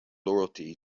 loyalty